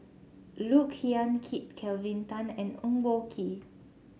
Look Yan Kit Kelvin Tan and Eng Boh Kee